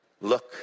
Look